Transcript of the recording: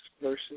versus